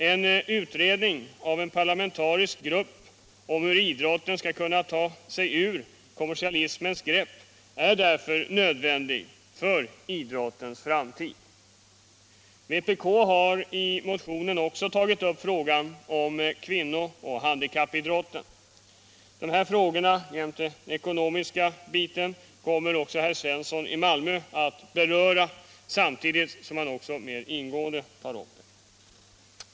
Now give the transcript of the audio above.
En utredning av en parlamentarisk grupp om hur idrotten skall kunna ta sig ur kommersialismens grepp är nödvändig för idrottens framtid. Vpk har i motionen också tagit upp frågan om kvinno och handikappidrotten. Dessa frågor kommer herr Svensson i Malmö att beröra samtidigt som han mer ingående tar upp den ekonomiska delen av denna problematik.